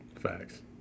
facts